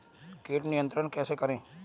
कीट नियंत्रण कैसे करें?